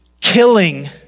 killing